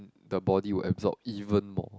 the body will absorb even more